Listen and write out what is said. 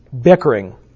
bickering